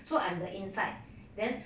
so I'm the inside then